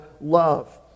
love